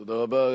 תודה רבה.